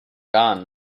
gun